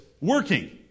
working